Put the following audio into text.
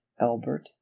Albert